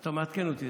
אז אתה מעדכן אותי.